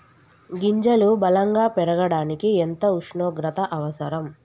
గింజలు బలం గా పెరగడానికి ఎంత ఉష్ణోగ్రత అవసరం?